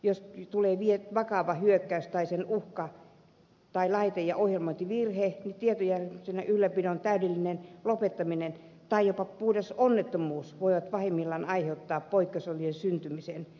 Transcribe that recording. jos tulee vakava hyökkäys tai sen uhka tai laite ja ohjelmointivirhe niin tietojärjestelmien ylläpidon täydellinen lopettaminen tai jopa puhdas onnettomuus voivat pahimmillaan aiheuttaa poikkeusolojen syntymisen